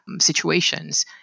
situations